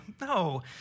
No